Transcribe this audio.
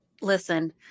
Listen